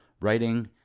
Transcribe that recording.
writing